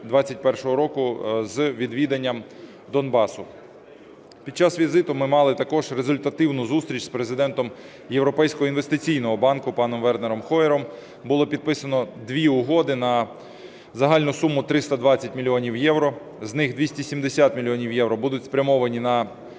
2021 року з відвіданням Донбасу. Під час візиту ми мали також результативну зустріч з президентом Європейського інвестиційного банку паном Вернером Хойером, було підписано дві угоди на загальну суму 320 мільйонів євро. З них 270 мільйонів євро будуть спрямовані на